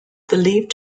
believed